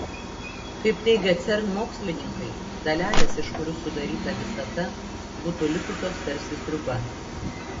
kaip teigia cern mokslininkai dalelės iš kurių sudaryta visata būtų likusios tarsi sriuba